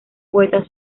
poetas